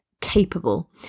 capable